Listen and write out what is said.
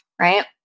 Right